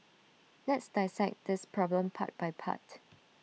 let's dissect this problem part by part